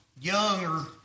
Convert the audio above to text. younger